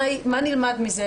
מה נלמד מזה?